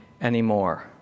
anymore